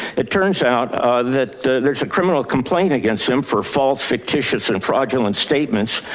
it turns out that there's a criminal complaint against him for false fictitious and fraudulent statements.